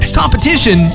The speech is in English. competition